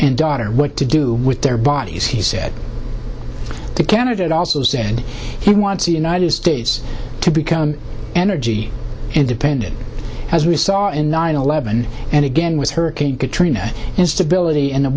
and daughter what to do with their bodies he said the candidate also said he wants the united states to become energy independent as we saw in nine eleven and again with hurricane katrina instability in the